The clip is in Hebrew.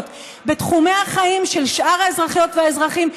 בתחומי החיים של שאר האזרחיות והאזרחים,